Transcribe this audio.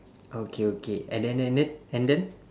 okay okay and then and then and then